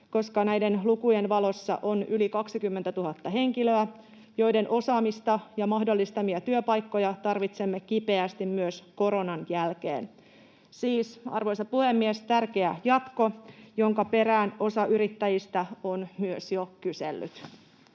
koska näiden lukujen valossa on yli 20 000 henkilöä, joiden osaamista ja mahdollistamia työpaikkoja tarvitsemme kipeästi myös koronan jälkeen. Siis, arvoisa puhemies, tärkeä jatko, jonka perään osa yrittäjistä on myös jo kysellyt.